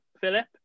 Philip